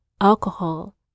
alcohol